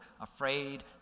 afraid